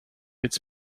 its